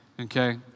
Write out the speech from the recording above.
Okay